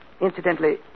Incidentally